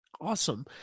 Awesome